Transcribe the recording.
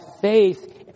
faith